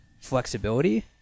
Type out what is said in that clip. flexibility